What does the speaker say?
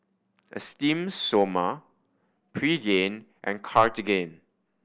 Esteem Stoma Pregain and Cartigain